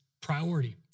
priority